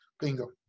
Bingo